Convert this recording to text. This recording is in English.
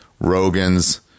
Rogan's